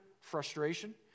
frustration